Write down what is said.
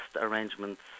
arrangements